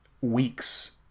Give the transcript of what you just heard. weeks